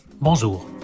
Bonjour